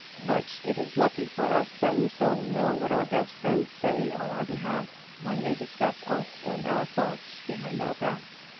but it is lucky for us that we seldom know what our best friends say on our behalf, when they discuss us and our faults behind our backs.